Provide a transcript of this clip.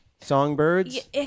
songbirds